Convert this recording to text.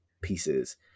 pieces